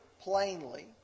plainly